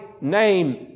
name